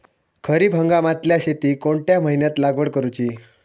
खरीप हंगामातल्या शेतीक कोणत्या महिन्यात लागवड करूची?